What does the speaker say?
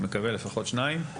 אני מקווה לפחות שניים,